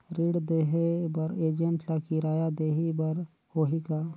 ऋण देहे बर एजेंट ला किराया देही बर होही का?